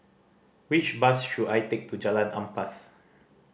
which bus should I take to Jalan Ampas